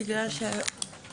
בגלל, אתה רוצה?